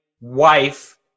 wife